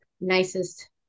nicest